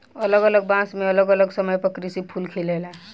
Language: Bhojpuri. अलग अलग बांस मे अलग अलग समय पर फूल खिलेला